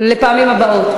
לפעמים הבאות.